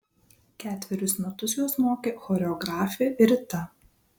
ketverius metus juos mokė choreografė rita